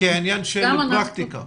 כעניין של פרקטיקה.